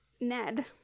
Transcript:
Ned